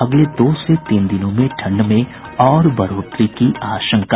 अगले दो से तीन दिनों में ठंड में और बढ़ोतरी की आशंका